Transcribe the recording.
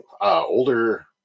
Older